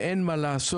ואין מה לעשות,